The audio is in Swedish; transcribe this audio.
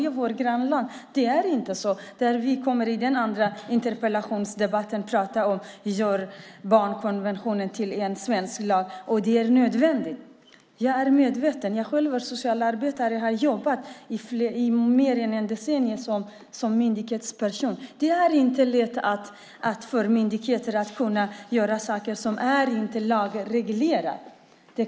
I vårt grannland Norge har man gjort det vi ska tala om i nästa interpellationsdebatt, nämligen att göra barnkonventionen till lag. Det är nödvändigt. Jag är socialarbetare och har jobbat i mer än ett decennium som myndighetsperson, och jag är medveten om att det inte är lätt för myndigheter att göra saker som inte är lagreglerade.